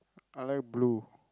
I like blue